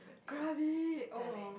Krabi oh